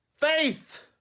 faith